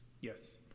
Yes